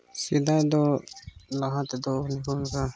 ᱥᱮᱫᱟᱭ ᱫᱚ ᱞᱟᱦᱟ ᱛᱮᱫᱚ ᱫᱤᱠᱩ ᱞᱮᱠᱟ